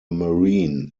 marine